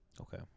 Okay